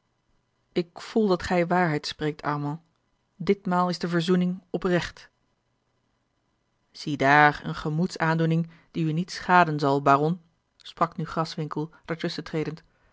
ik voel dat gij waarheid spreekt armand ditmaal is de verzoening oprecht ziedaar eene gemoedsaandoening die u niet schaden zal baron sprak nu graswinckel